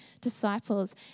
disciples